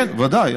כן, ודאי.